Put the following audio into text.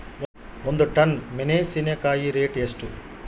ಒಂದು ಟನ್ ಮೆನೆಸಿನಕಾಯಿ ರೇಟ್ ಎಷ್ಟು?